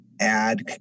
add